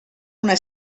una